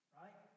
right